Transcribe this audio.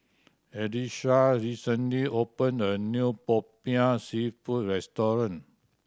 Elisha recently opened a new Popiah Seafood restaurant